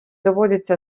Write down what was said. доводиться